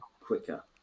quicker